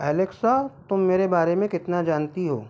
Alexa तुम मेरे बारे में कितना जानती हो